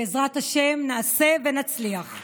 בעזרת השם, נעשה ונצליח.